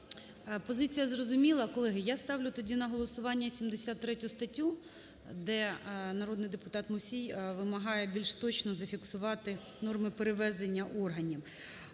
Позиція зрозуміла. Колеги, я ставлю тоді на голосування 73 статтю, де народний депутат Мусій вимагає більш точно зафіксувати норми перевезення органів.